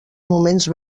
moments